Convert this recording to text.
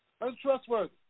untrustworthy